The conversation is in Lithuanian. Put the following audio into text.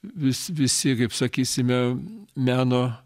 vis visi kaip sakysime meno